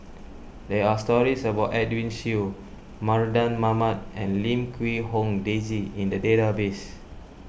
there are stories about Edwin Siew Mardan Mamat and Lim Quee Hong Daisy in the database